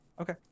Okay